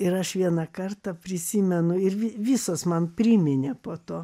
ir aš vieną kartą prisimenu ir vi visos man priminė po to